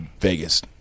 Vegas